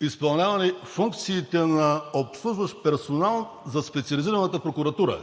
изпълнявали функциите на обслужващ персонал за Специализираната прокуратура